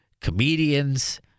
comedians